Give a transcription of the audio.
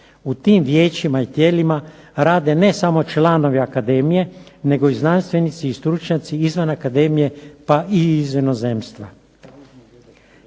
U tim vijećima i tijelima rade ne samo članovi akademije, nego i znanstvenici i stručnjaci izvan akademije pa i iz inozemstva.